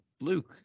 Luke